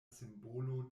simbolo